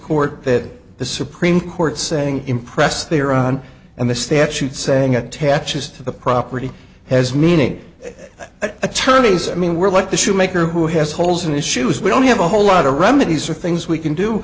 court that the supreme court saying impress they are on and the statute saying attaches to the property has meaning but attorneys i mean we're like the shoemaker who has holes in his shoes we don't have a whole lotta remedies for things we can do